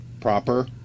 proper